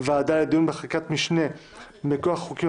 ועדה לדיון בחקיקת משנה מכוח החוקים